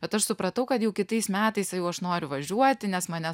bet aš supratau kad jau kitais metais jau aš noriu važiuoti nes mane